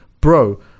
Bro